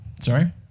sorry